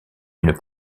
une